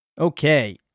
Okay